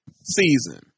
season